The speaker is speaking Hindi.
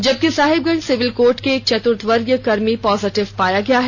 जबकि साहिबगंज सिविल कोर्ट के एक चतुर्थ वर्गीय कर्मी पाजिटिव पाया गया है